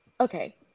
okay